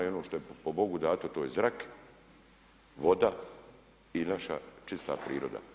I ono što je po bogu dato to je zrak, voda i naša čista priroda.